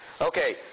Okay